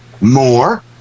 more